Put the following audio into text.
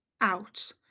out